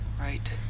right